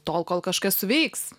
tol kol kažkas suveiks